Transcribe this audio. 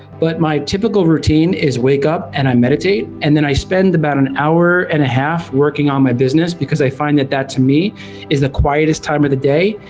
but my typical routine is wake up and i meditate. and then i spend about an hour and a half working on my business, because i find that that to me is the quietest time of the day.